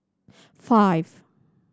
five